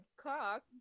cock